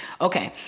Okay